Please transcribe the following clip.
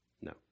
No